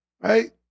Right